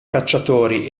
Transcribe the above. cacciatori